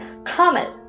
Comment